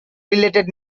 related